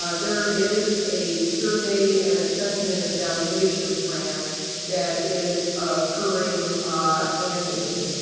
ah there is a survey and assessment and evaluation plan that is occurring annually.